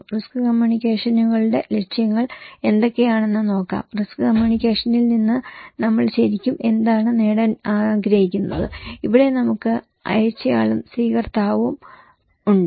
risk കമ്മ്യൂണിക്കേഷനുകളുടെ ലക്ഷ്യങ്ങൾ എന്തൊക്കെയാണെന്ന് നോക്കാം റിസ്ക് കമ്മ്യൂണിക്കേഷനിൽ നിന്ന് നമ്മൾ ശരിക്കും എന്താണ് നേടാൻ ആഗ്രഹിക്കുന്നത് ഇവിടെ നമുക്ക് അയച്ചയാളും സ്വീകർത്താവും ഉണ്ട്